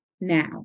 now